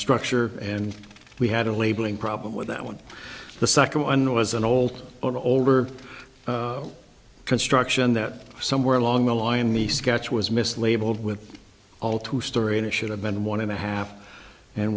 structure and we had a labeling problem with that one the second one was an old older construction that somewhere along the line the sketch was mislabeled with all two story in it should have been one and a half and